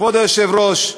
כבוד היושב-ראש,